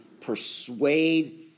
persuade